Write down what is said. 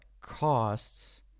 costs